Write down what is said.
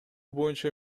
боюнча